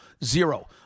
zero